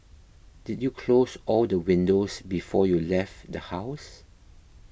did you close all the windows before you left the house